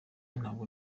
ntabwo